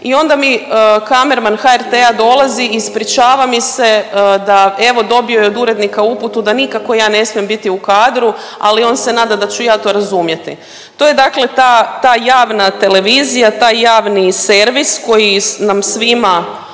i onda mi kamerman HRT-a dolazi, ispričava mi se da evo dobio je od urednika uputu da nikako ja ne smijem biti u kadru, ali on se nada da ću ja to razumjeti. To je dakle ta, ta javna televizija, taj javni servis koji nam svima